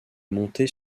montée